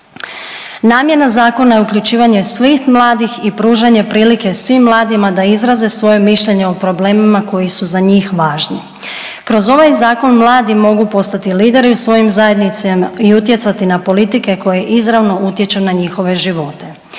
Namjena zakona je uključivanje svih mladih i pružanje prilike svim mladima da izraze svoje mišljenje o problemima koji su za njih važni. Kroz ovaj Zakon mladi mogu postati lideri u svojim zajednicama i utjecati na politike koje izravno utječu na njihove živote.